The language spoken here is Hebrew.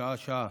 שעה-שעה.